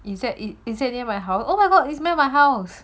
is that it is it near my house oh my god is near my house